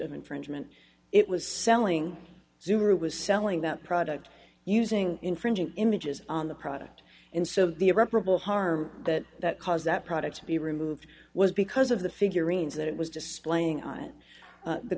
of infringement it was selling zoomer it was selling that product using infringing images on the product and so the irreparable harm that that caused that products be removed was because of the figurines that it was displaying on the